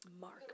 Mark